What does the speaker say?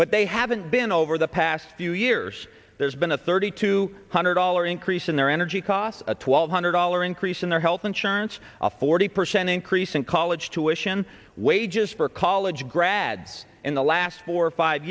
but they haven't been over the past few years there's been a thirty two hundred dollar increase in their energy costs a twelve hundred dollar increase in their health insurance a forty percent increase in college tuition wages for college grads in the last four five